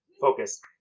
focus